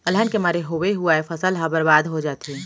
अलहन के मारे होवे हुवाए फसल ह बरबाद हो जाथे